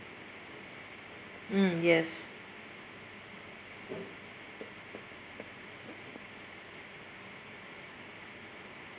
mm yes